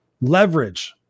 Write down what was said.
leverage